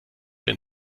den